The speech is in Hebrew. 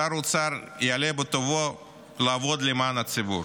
שר האוצר יואיל בטובו לעבוד למען הציבור,